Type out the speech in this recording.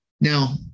Now